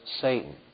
Satan